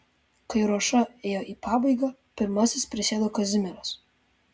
kai ruoša ėjo į pabaigą pirmasis prisėdo kazimieras